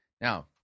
Now